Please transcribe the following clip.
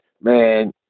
man